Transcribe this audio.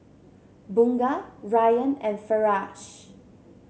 Bunga Ryan and Firash